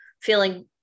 feeling